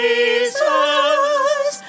Jesus